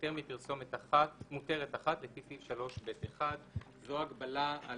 "יותר מפרסומת מותרת אחת לפי סעיף 3(ב)(1)"; זאת הגבלה על